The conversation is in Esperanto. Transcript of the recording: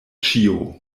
ĉio